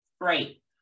Right